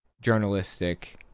journalistic